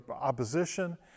opposition